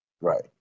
Right